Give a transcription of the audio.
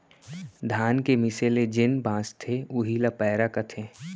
धान के मीसे ले जेन बॉंचथे उही ल पैरा कथें